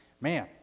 man